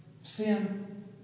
sin